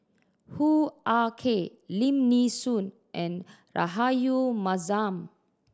Hoo Ah Kay Lim Nee Soon and Rahayu Mahzam